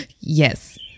Yes